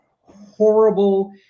horrible